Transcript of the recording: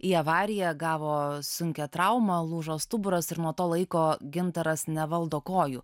į avariją gavo sunkią traumą lūžo stuburas ir nuo to laiko gintaras nevaldo kojų